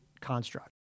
construct